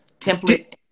template